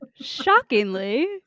shockingly